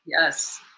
Yes